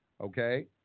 okay